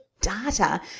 data